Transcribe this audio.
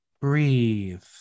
Breathe